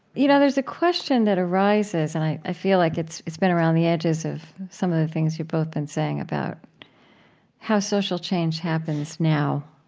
you know, there's a question that arises and i feel like it's it's been around the edges of some of the things you've both been saying about how social change happens now.